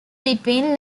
between